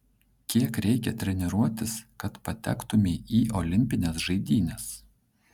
kiek reikia treniruotis kad patektumei į olimpines žaidynes